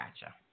gotcha